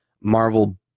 marvel